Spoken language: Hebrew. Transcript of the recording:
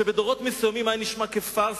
שבדורות מסוימים נשמע כפארסה,